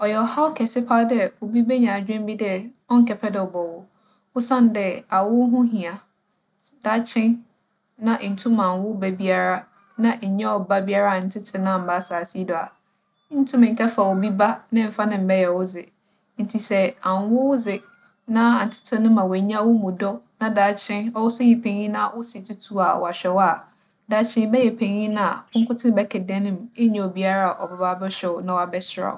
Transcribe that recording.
ͻyɛ ͻhaw kɛse paa dɛ obi benya adwen bi dɛ ͻnnkɛpɛ dɛ ͻbͻwo osiandɛ awo ho hia. S - daakye na enntum annwo ba biara na ennya ͻba biara anntsetse no ammba asaase yi do a, inntum nnkɛfa obi ba na emmfa no mmbɛyɛ wodze. Ntsi sɛ annwo wodze na anntsetse no ma oennya wo mu dͻ na daakye, ͻwo so eyɛ panyin na wo se tutu a ͻaahwɛ wo a, daakye ebɛyɛ panyin a wo nkotsee bɛka dan mu. Innya obiara a ͻbɛba abɛhwɛ wo na ͻabɛsera wo.